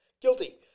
Guilty